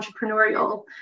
entrepreneurial